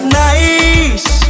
nice